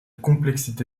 complexité